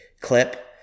clip